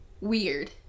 weird